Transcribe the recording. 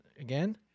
Again